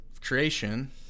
creation